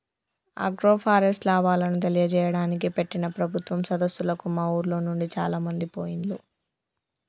agroforest లాభాలను తెలియజేయడానికి పెట్టిన ప్రభుత్వం సదస్సులకు మా ఉర్లోనుండి చాలామంది పోయిండ్లు